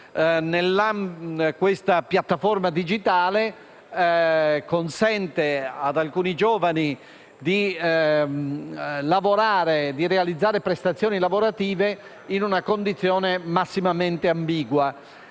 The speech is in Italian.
Questa piattaforma digitale consente ad alcuni giovani di lavorare e di realizzare prestazioni lavorative in una condizione massimamente ambigua,